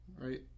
right